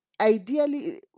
ideally